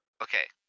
Okay